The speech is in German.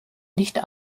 nicht